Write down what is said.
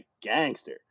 gangster